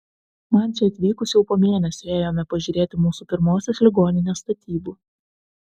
man čia atvykus jau po mėnesio ėjome pažiūrėti mūsų pirmosios ligoninės statybų